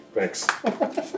Thanks